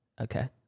okay